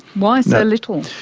why so little?